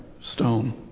stone